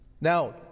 Now